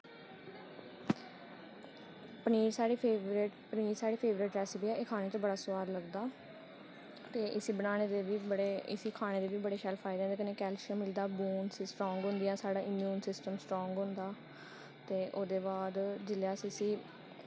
पनीर साढ़ी favourite recipe ऐ एह् खाने च बड़ा सोआद लगदा ते इसी बनाने दे बी ते इसी खाने दे बी बड़ै शैल फायदे न एह्दे कन्नै मिलदा बोनस बी सट्रांग होंदियां साढ़ी इम्यून सिस्टम स्ट्रांग होंदा ते ओह्दे बाद जिसलै अस इसी